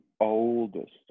oldest